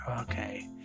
okay